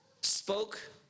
spoke